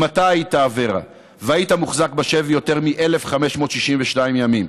אם אתה היית אברה והיית מוחזק בשבי יותר מ-1,562 ימים,